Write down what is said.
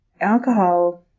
alcohol